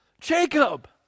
Jacob